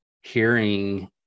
hearing